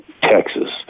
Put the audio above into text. Texas